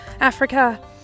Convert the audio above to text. Africa